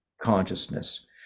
consciousness